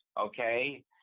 okay